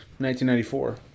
1994